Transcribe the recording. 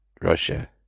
russia